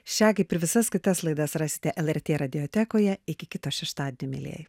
šią kaip ir visas kitas laidas rasite lrt radijo teko je iki kito šeštadienio mielieji